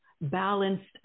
balanced